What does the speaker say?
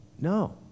No